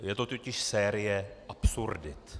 Je to totiž série absurdit.